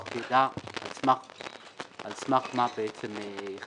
שתכלול הצהרות ומסמכים המעידים על כך שהוא אינו תושב מדינה זרה